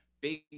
big